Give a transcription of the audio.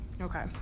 Okay